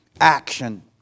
action